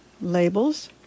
labels